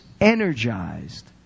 energized